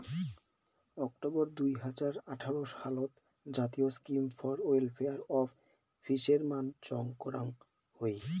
October দুই হাজার আঠারো সালত জাতীয় scheme for welfare of fishermen চং করং হই